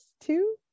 two